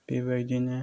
बेबायदिनो